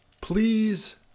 Please